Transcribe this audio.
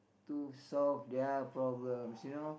to solve their problems you know